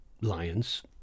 lions